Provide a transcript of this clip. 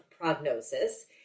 prognosis